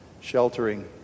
sheltering